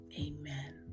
Amen